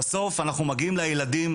בסוף אנחנו מגיעים לילדים,